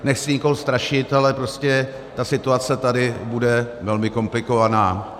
Nechci nikoho strašit, ale prostě ta situace tady bude velmi komplikovaná.